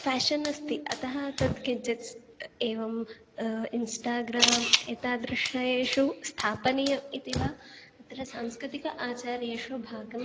fashion अस्ति अतः तद् किञ्चित् एवं इन्श्टाग्राम् एतादृशेषु स्थापनीय इति वा अत्र सांस्कृतिक आचार्येषु भागम्